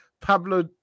Pablo